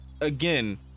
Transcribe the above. again